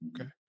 Okay